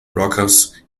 rockers